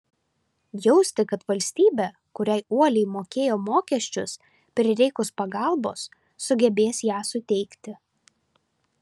jausti kad valstybė kuriai uoliai mokėjo mokesčius prireikus pagalbos sugebės ją suteikti